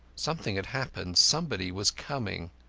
something had happened. somebody was coming.